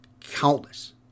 countless